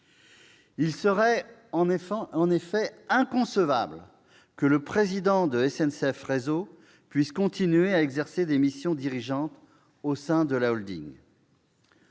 Il serait en effet inconcevable que le président de SNCF Réseau puisse continuer d'exercer des missions dirigeantes au sein de la.